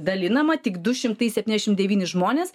dalinama tik du šimtai septyniasdešim devyni žmonės